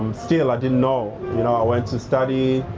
um still i didn't know. you know i went to study,